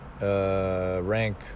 Rank